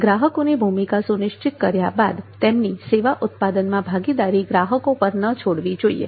ગ્રાહકોની ભૂમિકા સુનિશ્ચિત કર્યા બાદ તેમની સેવા ઉત્પાદનમાં ભાગીદારી ગ્રાહકો પર ન છોડવી જોઈએ